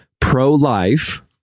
pro-life